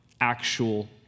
actual